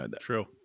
True